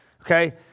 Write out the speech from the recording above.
Okay